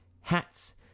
hats